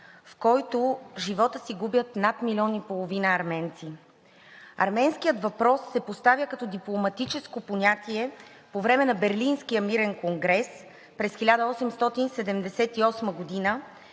в който губят живота си над 1,5 милиона арменци. Арменският въпрос се поставя като дипломатическо понятие по време на Берлинския мирен конгрес през 1878 г.,